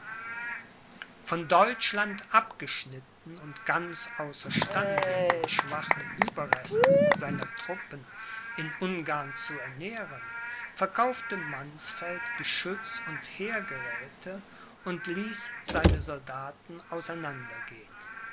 von deutschland abgeschnitten und ganz außer stande den schwachen ueberrest seiner truppen in ungarn zu ernähren verkaufte mannsfeld geschütz und heergeräthe und ließ seine soldaten